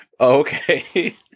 Okay